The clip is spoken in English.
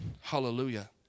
hallelujah